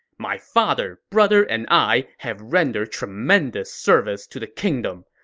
my father, brother, and i have rendered tremendous service to the kingdom.